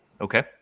Okay